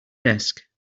desk